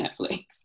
Netflix